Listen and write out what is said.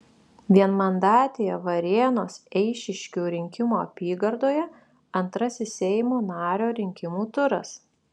vienmandatėje varėnos eišiškių rinkimų apygardoje antrasis seimo nario rinkimų turas